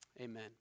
Amen